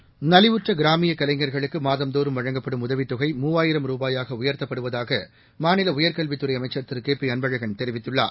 seconds நலிவுற்ற கிராமிய கலைஞர்களுக்கு மாதந்தோறும் வழங்கப்படும் உதவித்தொகை மூவாயிரம் ரூபாயாக உயர்த்தப்படுவதாக மாநில உயர்கல்வித்துறை அமைச்சர் திரு கே பி அன்பழகன் தெரிவித்துள்ளார்